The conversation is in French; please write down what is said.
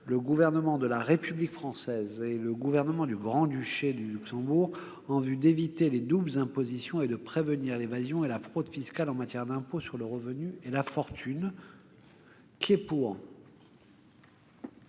le Gouvernement de la République française et le Gouvernement du Grand-Duché de Luxembourg en vue d'éviter les doubles impositions et de prévenir l'évasion et la fraude fiscales en matière d'impôts sur le revenu et la fortune (texte de la